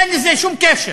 אין לזה שום קשר.